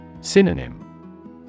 Synonym